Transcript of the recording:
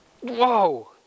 Whoa